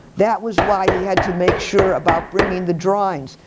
that was why he had to make sure about bringing the drawings.